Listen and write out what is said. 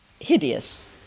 hideous